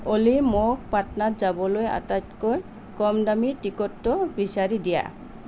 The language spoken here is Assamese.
অলি মোক পাটনাত যাবলৈ আটাইতকৈ কম দামী টিকটটো বিচাৰি দিয়া